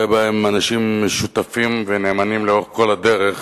בהם אנשים שותפים ונאמנים לאורך כל הדרך.